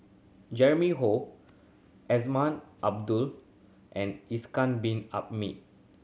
Azman Abdullah and Ishak Bin Ahmid